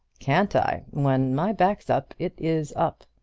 can't i? when my back's up, it is up!